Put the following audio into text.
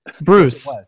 Bruce